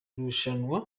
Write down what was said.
rushanwa